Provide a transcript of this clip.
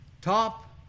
top